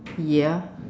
ya